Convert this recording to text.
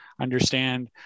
understand